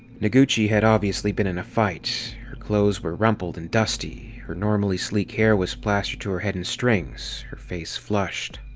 noguchi had obviously been in a fight her clothes were rumpled and dusty, her normally sleek hair was plastered to her head in strings, her face flushed.